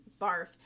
Barf